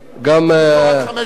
ניתן לו חמש דקות הסתייגות.